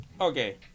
Okay